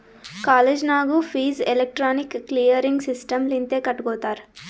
college ನಾಗೂ fees electronic clearing system ಲಿಂತೆ ಕಟ್ಗೊತ್ತಾರ್